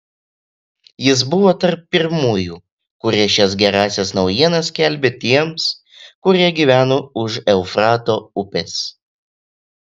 jis buvo tarp pirmųjų kurie šias gerąsias naujienas skelbė tiems kurie gyveno už eufrato upės